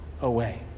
away